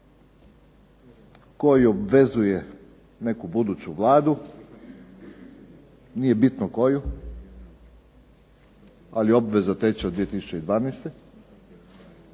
koji obvezuje neku buduću Vladu, nije bitno koju, ali obveza teče od 2012.,